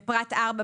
בלוח י' בפרט 4,